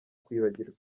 kwibagirwa